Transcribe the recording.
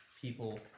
people